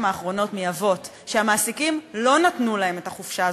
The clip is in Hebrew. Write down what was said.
האחרונות מאבות שהמעסיקים לא נתנו להם את החופשה הזו,